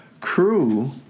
Crew